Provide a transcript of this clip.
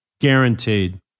guaranteed